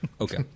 Okay